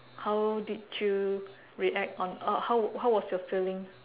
how did you react on uh how how was your feeling